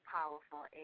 powerful